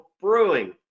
brewing